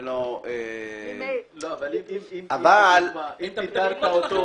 אם פיטרת אותו,